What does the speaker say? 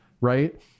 right